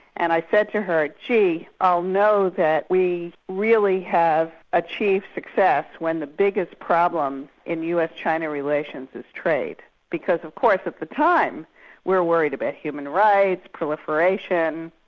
and i said to her, gee, i'll know that we really have achieved success when the biggest problem in us-china relations is trade', because of course at the time, we were worried about human rights, proliferation,